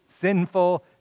sinful